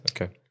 Okay